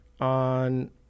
on